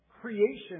creation